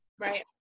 Right